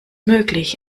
möglich